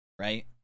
right